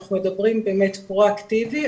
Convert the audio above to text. ואנחנו מדברים באמת פרו אקטיבית,